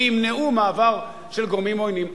וימנעו מעבר של גורמים עוינים?